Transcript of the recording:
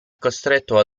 costretto